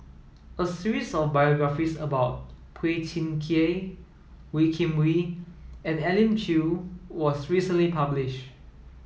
a series of biographies about Phua Thin Kiay Wee Kim Wee and Elim Chew was recently publish